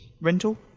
Rental